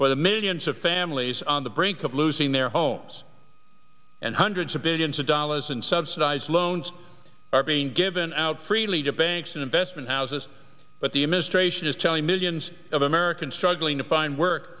for the millions of families on the brink of losing their homes and hundreds of billions of dollars in subsidized loans are being given out freely to banks and investment houses but the administration is telling millions of americans struggling to find work